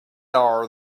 are